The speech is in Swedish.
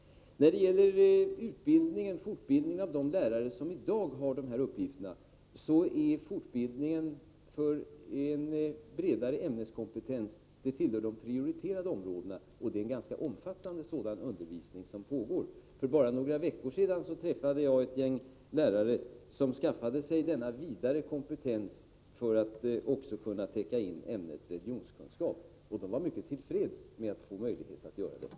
När det gäller de lärare som i dag har de uppgifter vi talar om är det så, att fortbildningen för en bredare ämneskompetens tillhör de prioriterade områdena. Det är en ganska omfattande sådan undervisning som pågår. För bara några veckor sedan träffade jag ett gäng lärare som skaffade sig denna vidare kompetens, för att också kunna täcka in ämnet religionskunskap, och de var mycket tillfreds med att få göra detta.